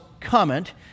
comment